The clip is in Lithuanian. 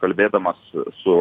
kalbėdamas su